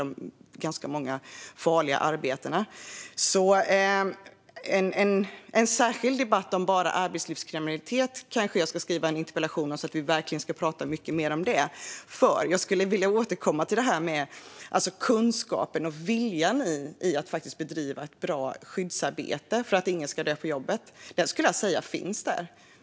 Jag kanske ska väcka en särskild interpellation om arbetslivskriminalitet, så att vi kan debattera frågan. Jag vill återkomma till frågan om kunskapen och viljan i att bedriva ett bra skyddsarbete så att ingen ska dö på jobbet. Men jag skulle också säga att det arbetet görs.